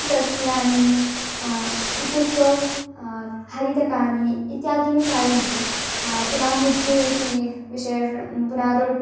सस्यानि इत्युक्तौ हरीतकानि इत्यादीनि कादन्ति पुनः मुद्दे इति विशेषणं पुनः रो